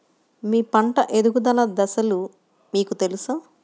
మీ పంట ఎదుగుదల దశలు మీకు తెలుసా?